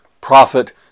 prophet